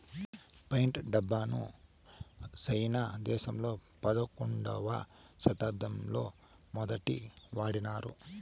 fight డబ్బును సైనా దేశంలో పదకొండవ శతాబ్దంలో మొదటి వాడినారు